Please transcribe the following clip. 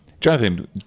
Jonathan